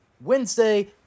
Wednesday